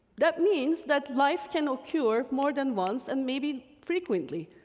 that means that life can occur more than once and maybe frequently,